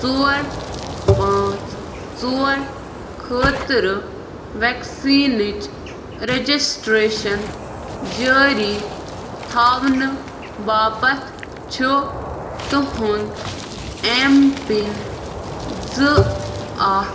ژور پانٛژھ ژور خٲطرٕ ویکسیٖنٕچ رجسٹریٚشن جٲری تھاونہٕ باپَتھ چھُ تُہُنٛد اٮ۪م پِن زٕ اَکھ